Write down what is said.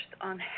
on